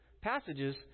passages